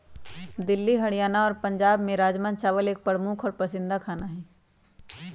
दिल्ली हरियाणा और पंजाब में राजमा चावल एक प्रमुख और पसंदीदा खाना हई